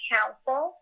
Council